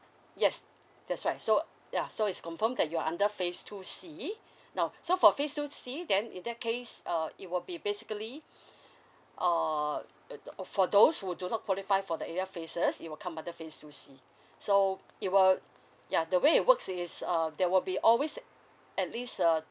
yes that's right so ya so it's confirmed that you're under phase two C now so for phase two C then in that case uh it will be basically uh uh th~ for those who do not qualify for the either phases it will come under phase two C so it will ya the way it works is uh there will be always at least uh